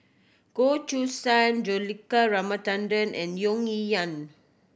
Goh Choo San Juthika Ramanathan and Tung Yue Nang